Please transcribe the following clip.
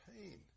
pain